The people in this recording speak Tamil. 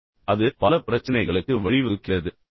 எனவே அது பல பிரச்சினைகளுக்கு வழிவகுக்கிறது